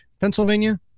Pennsylvania